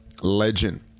Legend